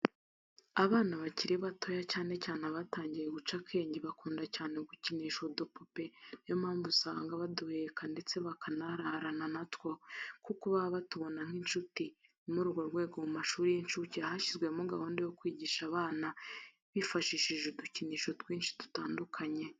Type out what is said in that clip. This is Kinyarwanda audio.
Abana bakiri batoya cyane cyane abatangiye guca akenge bakunda cyane gukinisha udupupe ni yo mpamvu usanga baduheka ndetse bakanararana na two kuko baba batubona nk'inshuti, ni muri urwo rwego mu mashuri y'incuke hashyizwe gahunda yo kwigisha abana bifashishije udukinisho twinshi dutandukanye.